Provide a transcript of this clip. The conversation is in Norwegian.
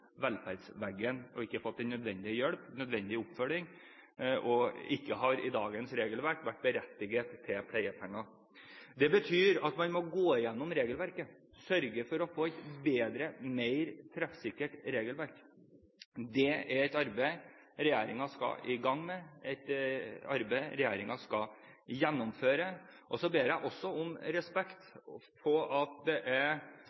og ikke fått nødvendig hjelp og nødvendig oppfølging, og som ifølge dagens regelverk ikke har vært berettiget til pleiepenger. Det betyr at man må gå igjennom regelverket, sørge for å få et bedre og mer treffsikkert regelverk. Det er et arbeid regjeringen skal i gang med, et arbeid regjeringen skal gjennomføre. Så ber jeg også om respekt for at det er